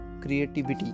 creativity